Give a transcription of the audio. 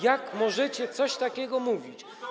Jak możecie coś takiego mówić?